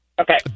Okay